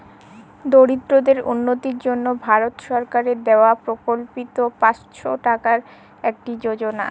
দরিদ্রদের উন্নতির জন্য ভারত সরকারের দেওয়া প্রকল্পিত পাঁচশো টাকার একটি যোজনা